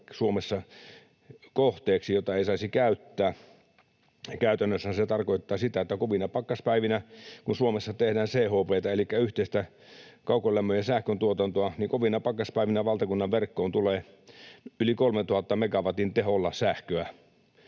Suomessa kohteeksi, jota ei saisi käyttää. Käytännössähän se tarkoittaa sitä, että kun Suomessa tehdään CHP:tä elikkä yhteistä kaukolämmön ja sähkön tuotantoa, niin kovina pakkaspäivinä valtakunnan verkkoon tulee yli 3 000 megawatin teholla sähköä.